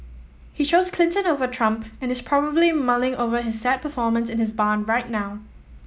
he chose Clinton over Trump and is probably mulling over his sad performance in his barn right now